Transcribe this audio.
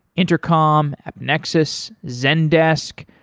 intercom, abnexus, zendesk,